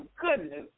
goodness